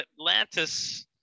Atlantis